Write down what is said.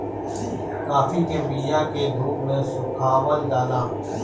काफी के बिया के धूप में सुखावल जाला